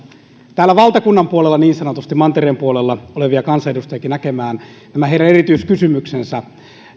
täällä niin sanotusti valtakunnan puolella mantereen puolella olevia kansanedustajiakin näkemään nämä heidän erityiskysymyksensä